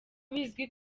bizwi